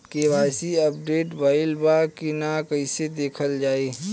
KYC update भइल बा कि ना कइसे देखल जाइ?